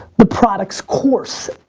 the product's course.